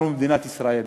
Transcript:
אנחנו מדינת ישראל,